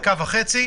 הדיון.